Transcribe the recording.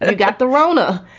ah got the rohner?